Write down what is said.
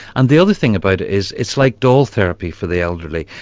and the other thing about it is it's like doll therapy for the elderly,